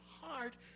heart